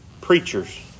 preachers